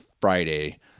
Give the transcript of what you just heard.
Friday